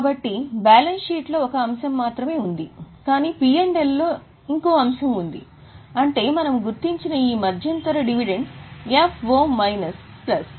కాబట్టి బ్యాలెన్స్ షీట్లో ఒక అంశం మాత్రమే ఉంది కానీ పి మరియు ఎల్ లలో ఒక అంశం ఉంది అంటే మనం గుర్తించిన ఈ మధ్యంతర డివిడెండ్ ఎఫ్ఓ మైనస్ ప్లస్